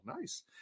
nice